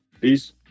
Peace